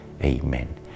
Amen